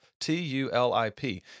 T-U-L-I-P